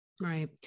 Right